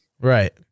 Right